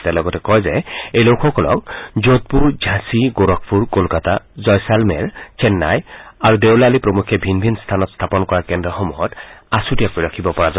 তেওঁ লগতে কয় যে এই লোকসকলক যোধপুৰ ঝালি গোৰখপুৰ কলকাতা জয়ছালমেৰ চেন্নাই আৰু দেঅ'লালি প্ৰমুখ্যে ভিন ভিন স্থানত স্থাপন কৰা কেন্দ্ৰসমূহত আছুতীয়াকৈ ৰাখিব পৰা যাব